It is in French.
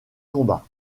combat